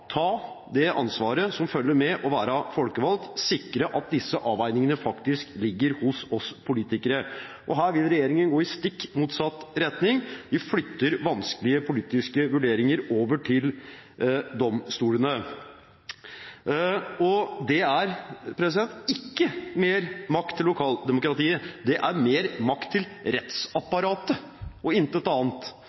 sikre at disse avveiningene faktisk ligger hos oss politikere. Her vil regjeringen gå i stikk motsatt retning. Den flytter vanskelige politiske vurderinger over til domstolene. Det er ikke mer makt til lokaldemokratiet. Det er mer makt til rettsapparatet og intet annet.